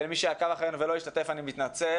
ולמי שעקב אחרי ולא השתתף אני מתנצל.